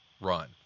run